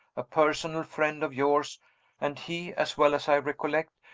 a personal friend of yours and he, as well as i recollect,